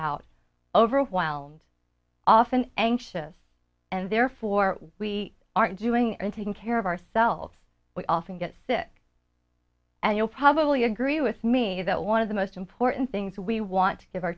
out over a while and often anxious and therefore we are doing and taking care of ourselves we often get sick and you'll probably agree with me that one of the most important things we want to give our